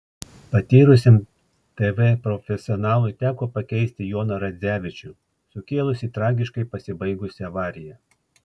patyrusiam tv profesionalui teko pakeisti joną radzevičių sukėlusį tragiškai pasibaigusią avariją